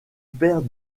père